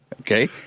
Okay